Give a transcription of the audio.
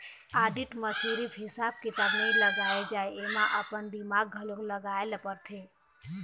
audit म सिरिफ हिसाब किताब नइ लगाए जाए एमा अपन दिमाक घलोक लगाए ल परथे